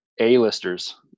a-listers